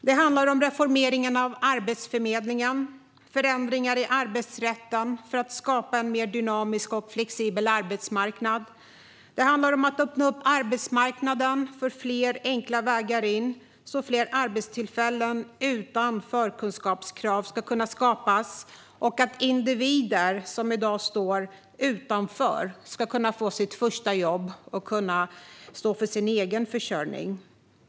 Det handlar om reformeringen av Arbetsförmedlingen, om förändringar i arbetsrätten för att skapa en mer dynamisk och flexibel arbetsmarknad samt om att öppna upp arbetsmarknaden för fler enkla vägar in så att fler arbetstillfällen utan förkunskapskrav ska kunna skapas och så att individer som i dag står utanför ska kunna få sitt första jobb och stå för sin egen försörjning.